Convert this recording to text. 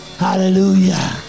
Hallelujah